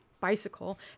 bicycle